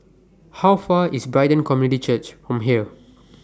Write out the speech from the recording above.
How Far away IS Brighton Community Church from here